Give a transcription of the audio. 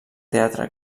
teatre